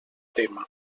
tema